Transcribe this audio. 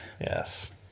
Yes